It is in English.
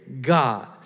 God